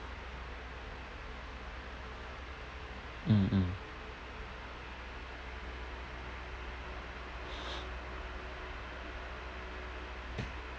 mmhmm